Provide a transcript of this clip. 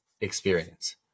experience